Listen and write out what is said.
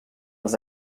els